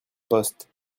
poste